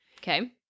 Okay